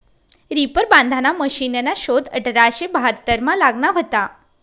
reaper बांधाना मशिनना शोध अठराशे बहात्तरमा लागना व्हता